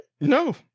No